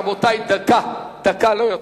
רבותי, דקה, לא יותר.